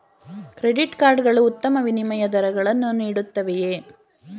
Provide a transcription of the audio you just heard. Credit card ಗಳು ಉತ್ತಮ ವಿನಿಮಯ ದರಗಳನ್ನು ನೀಡುತ್ತವೆಯೇ?